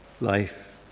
life